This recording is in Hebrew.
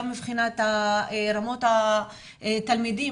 גם מבחינת רמות התלמידים,